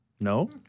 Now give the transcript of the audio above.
No